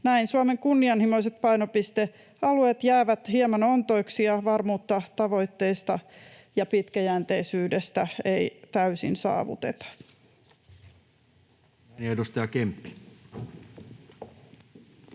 Näin Suomen kunnianhimoiset painopistealueet jäävät hieman ontoiksi ja varmuutta tavoitteista ja pitkäjänteisyydestä ei täysin saavuteta.